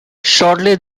shortly